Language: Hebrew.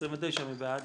39 מי בעד?